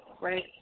right